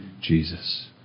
Jesus